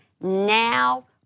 now